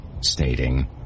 stating